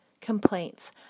complaints